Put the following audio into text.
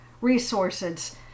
resources